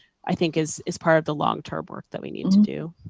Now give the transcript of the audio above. i think is is part of the long-term work that we need to do?